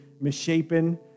misshapen